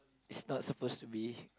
it's not supposed to be